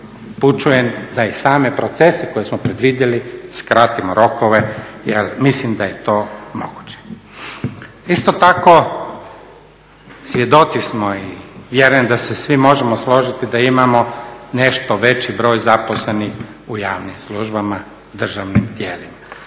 upućujem da i same procese koje smo predvidjeli, skratimo rokove jer mislim da je to moguće. Isto tako svjedoci smo i vjerujem da se svi možemo složiti da imamo nešto veći broj zaposlenih u javnim službama, državnim tijelima.